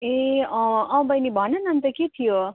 ए अँ अँ बहिनी भन न अन्त के थियो